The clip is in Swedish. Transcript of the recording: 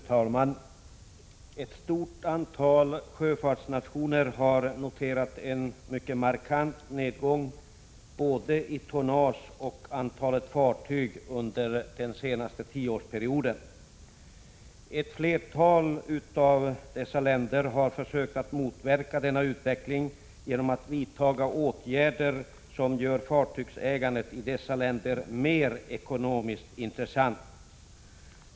Fru talman! Ett stort antal sjöfartsnationer har noterat en mycket markant nedgång både i tonnage och i antalet fartyg under den senaste tioårsperioden. Ett flertal av dessa länder har försökt att motverka denna utveckling genom att vidta åtgärder som gör fartygsägandet i dessa länder mer ekonomiskt intressant.